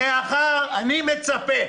אני מצפה,